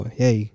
hey